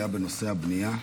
היה דיון בנושא הבנייה,